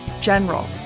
General